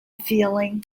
feeling